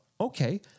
Okay